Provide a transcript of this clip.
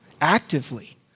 actively